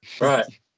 right